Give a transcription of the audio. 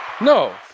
No